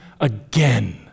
again